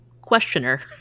questioner